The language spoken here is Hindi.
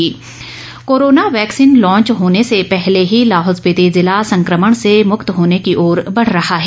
Lahaul corona corona vaccine launch होने से पहले ही लाहौल स्पीति ज़िला संक्रमण से मुक्त होने की ओर बढ़ रहा है